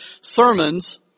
sermons